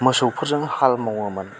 मोसौफोरजों हाल मावोमोन